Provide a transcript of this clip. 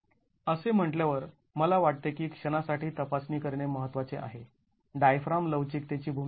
असे म्हटल्यावर मला वाटते की क्षणासाठी तपासणी करणे महत्त्वाचे आहे डायफ्राम लवचिकतेची भूमिका